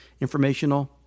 informational